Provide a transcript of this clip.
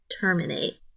Terminate